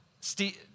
Steve